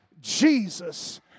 Jesus